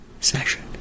session